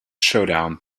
showdown